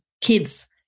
kids